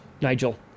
Nigel